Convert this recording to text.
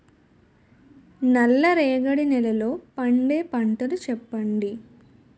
నల్ల రేగడి నెలలో పండే పంటలు చెప్పండి?